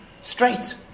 Straight